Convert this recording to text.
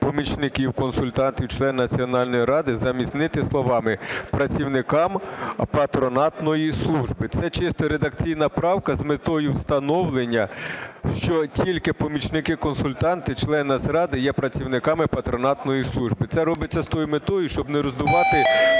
"помічників-консультантів членів Національної ради" замінити словами "працівникам патронатної служби". Це чисто редакційна правка з метою встановлення, що тільки помічники-консультанти членів Нацради є працівниками патронатної служби. Це робиться з тою метою, щоб не роздувати